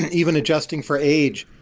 and even adjusting for age,